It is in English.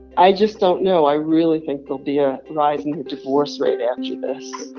i just don't know. i really think there'll be a rising divorce rate after